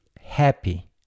happy